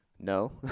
No